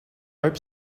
hope